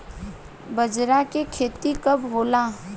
बजरा के खेती कब होला?